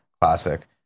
classic